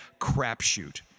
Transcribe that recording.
crapshoot